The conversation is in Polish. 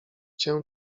cię